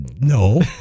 No